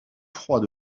froids